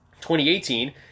2018